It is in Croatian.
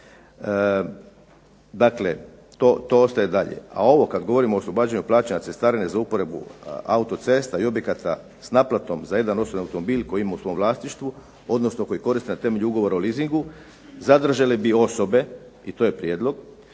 dakle to ostaje i dalje. A ovo kada govorimo o oslobađanju plaćanja cestarine za uporabu autocesta i objekata s naplatom za jedan osobni automobil koji ima u svom vlasništvu, odnosno koji koristi temeljem ugovora o leasingu, zadržale bi osobe i to je prijedlog,